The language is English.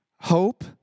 hope